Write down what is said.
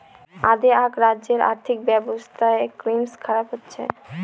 অ্দেআক রাজ্যের আর্থিক ব্যবস্থা ক্রমস খারাপ হচ্ছে